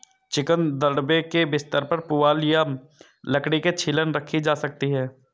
chicken दड़बे के बिस्तर पर पुआल या लकड़ी की छीलन रखी जा सकती है